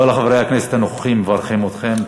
כל חברי הכנסת הנוכחים מברכים אתכם,